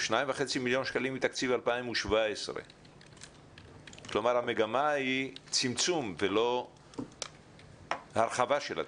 ב-2,500,000 ₪ מתקציב 2017. כלומר המגמה היא צמצום ולא הרחבה של התקציב.